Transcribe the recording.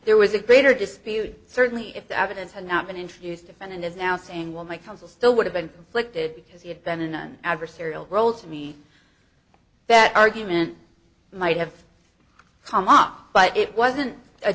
there was a greater dispute certainly if the evidence had not been introduced defendant is now saying well my counsel still would have been conflicted because he had been in an adversarial role to me that argument might have come off but it wasn't a